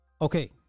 Okay